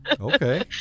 Okay